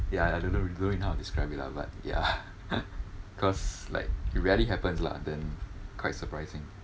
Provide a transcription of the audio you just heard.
ya I don't know don't really know how to describe it lah but ya cause like it rarely happens lah then quite surprising